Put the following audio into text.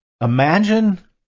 imagine